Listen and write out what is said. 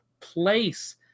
place